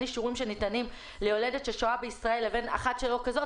אישורים שניתנים ליולדת ששוהה בישראל לבין אחת שלא כזאת,